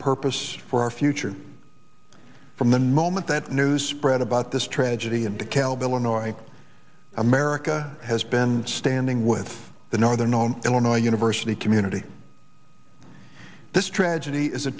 purpose for our future from the moment that news spread about this tragedy in dekalb illinois america has been standing with the northern on illinois university community this tragedy is a